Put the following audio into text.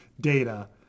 Data